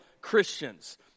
Christians